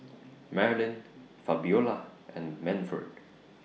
Marylin Fabiola and Manford